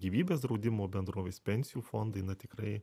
gyvybės draudimo bendrovės pensijų fondai tikrai